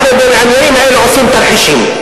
הרי בעניינים האלה עושים תמיד תרחישים,